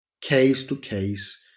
case-to-case